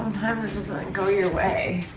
and and go your way.